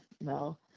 no